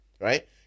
right